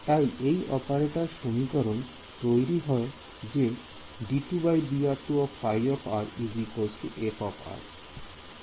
তাই এই অপারেটর সমীকরণ তৈরি হয় যে f